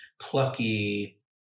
plucky